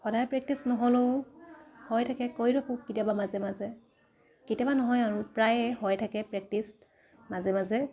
সদায় প্ৰেক্টিছ নহ'লেও হৈ থাকে কৰি থাকোঁ কেতিয়াবা মাজে মাজে কেতিয়াবা নহয় আৰু প্ৰায়ে হৈ থাকে প্ৰেক্টিছ মাজে মাজে